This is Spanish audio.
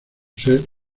ser